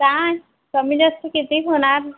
काय कमी जास्त किती होणार